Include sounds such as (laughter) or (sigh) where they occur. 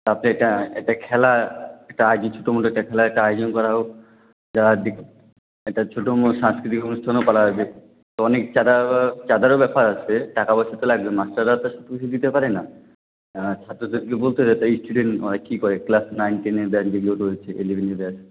তারপরে একটা একটা খেলা একটা (unintelligible) ছোট মতো খেলার একটা আয়োজন করা হোক যা (unintelligible) একটা ছোট মতো সাংস্কৃতিক অনুষ্ঠানও করা যেত তো অনেক চাঁদা চাঁদারও ব্যাপার আছে টাকাপয়সা তো লাগবে মাস্টাররাও তো সবকিছু দিতে পারে না ছাত্রদেরকে বলতে হবে তাই স্টুডেন্ট ওরা কী করে ক্লাস নাইন টেনের ব্যাচ দেখলেও তো ওদের (unintelligible) এলেবেলে ব্যাচ